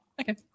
Okay